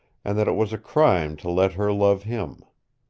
and that it was a crime to let her love him.